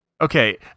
Okay